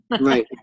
right